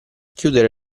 chiudere